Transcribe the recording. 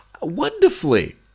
Wonderfully